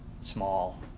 small